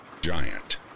giant